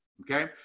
Okay